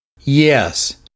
Yes